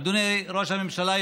אדוני ראש הממשלה,